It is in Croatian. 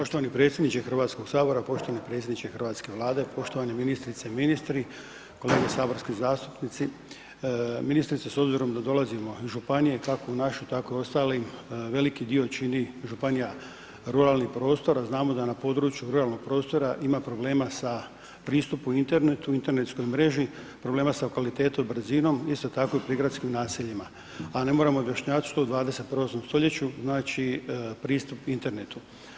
Poštovani predsjedniče HS, poštovani predsjedniče hrvatske Vlade, poštovane ministrice i ministri, kolege saborski zastupnici, ministrice s obzirom da dolazimo iz županije, kako u našoj, tako i u ostalim, veliki dio čini županija ruralnih prostora, znamo da na području ruralnog prostora ima problema sa pristupu internetu, internetskoj mreži, problema sa kvalitetom, brzinom, isto tako i u prigradskim naseljima, a ne moramo objašnjavati što u 21. stoljeću znači pristup internetu.